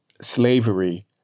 slavery